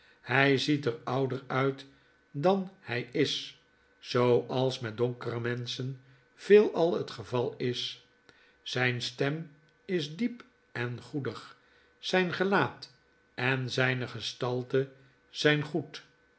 hij ziet er ouder uit dan hy is zooals met donkere menschen veelal het geval is zyne stem is diep en oedig zyn gelaat en zynegestalte zyn goed